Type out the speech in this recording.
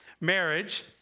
marriage